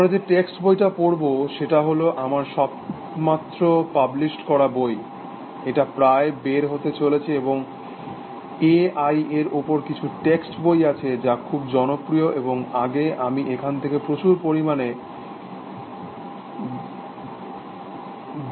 আমরা যে টেক্সট বইটা পড়ব সেটা হল আমার সবেমাত্র পাবলিশ করা বই এটা প্রায় বের হতে চলেছে এবং এ আই এর ওপর কিছু টেক্সট বই আছে যা খুব জনপ্রিয় এবং আগে আমি এখান থেকে প্রচুর পরিমাণে দ্রব্য ব্যবহার করেছি